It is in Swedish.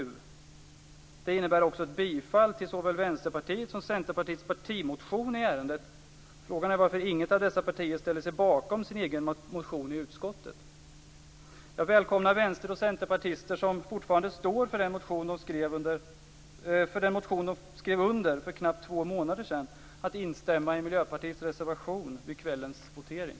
Det innebär också ett bifall till såväl Vänsterpartiets som Centerpartiets partimotion i ärendet. Frågan är varför inget av dessa partier ställer sig bakom sin egen motion i utskottet. Jag välkomnar vänster och centerpartister som fortfarande står för den motion som de skrev under för knappt två månader sedan, om att instämma i Miljöpartiets reservation, vid kvällens votering.